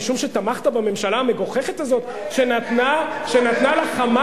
משום שתמכת בממשלה המגוחכת הזאת, שנתנה ל"חמאס"